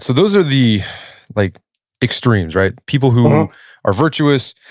so those are the like extremes, right? people who are virtuous,